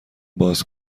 باز